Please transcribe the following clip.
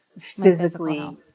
physically